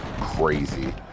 Crazy